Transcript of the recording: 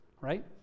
right